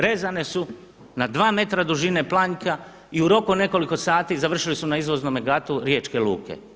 Rezane su na dva metra dužine planjka i u roku od nekoliko sati završili su na izvoznome gatu riječke luke.